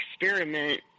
experiment